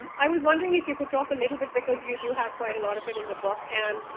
i was wondering if you could talk a little bit because you do have quite a lot of it in the book and,